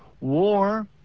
war